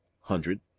hundred